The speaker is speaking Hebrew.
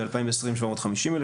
ב-2020 750,000,